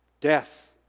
death